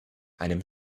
einem